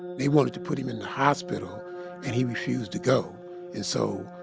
they wanted to put him in the hospital and he refused to go and so,